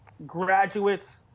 Graduates